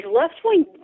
left-wing